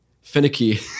finicky